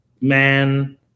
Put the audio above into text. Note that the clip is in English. man